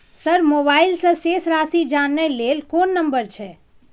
Sir mobile से शेस राशि जानय ल कोन नंबर छै?